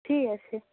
ঠিক আছে